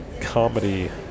comedy